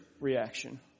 reaction